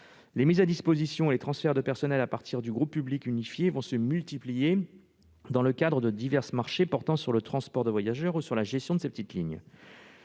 Les mises à disposition et les transferts de personnel à partir du groupe public unifié vont se multiplier dans le cadre de divers marchés portant sur le transport de voyageurs ou sur la gestion de ces petites lignes.